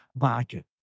market